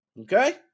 Okay